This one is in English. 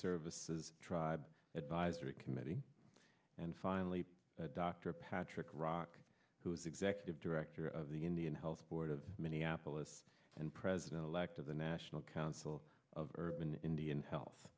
services tribe advisory committee and finally dr patrick rock who is executive director of the indian health board of minneapolis and president elect of the national council of indian health